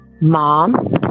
Mom